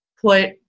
put